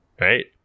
right